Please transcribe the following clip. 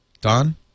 Don